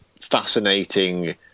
fascinating